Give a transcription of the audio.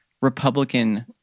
Republican